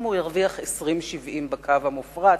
אחרי הפרטת קוו הוא ישתכר 20.70 בקו המופרט.